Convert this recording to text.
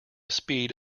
speed